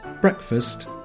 breakfast